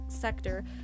sector